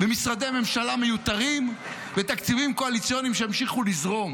משרדי ממשלה מיותרים ותקציבים קואליציוניים שימשיכו לזרום.